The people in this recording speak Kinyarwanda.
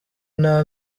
nta